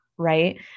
right